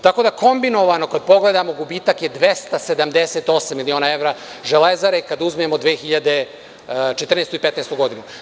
Tako da kombinovano kada pogledamo gubitak je 278 miliona evra Železare kada uzmemo 2014. i 2015. godinu.